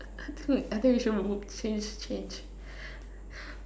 I think I think we should move change change